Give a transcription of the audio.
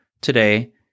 Today